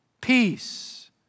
Peace